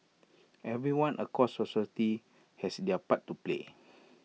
everyone across society has their part to play